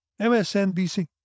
MSNBC